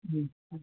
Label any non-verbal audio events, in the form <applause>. ہوں <unintelligible>